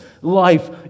life